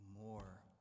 more